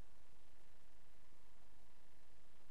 צריך